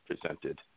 presented